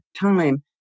time